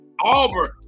Auburn